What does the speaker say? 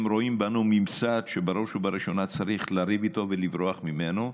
הם רואים בנו ממסד שבראש ובראשונה צריך לריב איתו ולברוח ממנו.